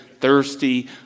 thirsty